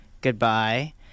goodbye